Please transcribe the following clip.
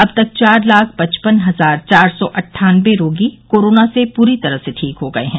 अब तक चार लाख पचपन हजार चार सौ अट्ठनवे रोगी कोरोना से पूरी तरह से ठीक हो गये हैं